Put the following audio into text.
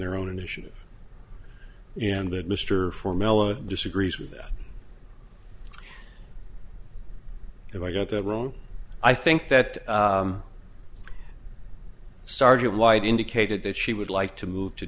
their own initiative and that mr for melo disagrees with that if i got that wrong i think that sergeant white indicated that she would like to move to